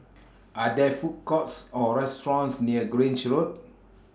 Are There Food Courts Or restaurants near Grange Road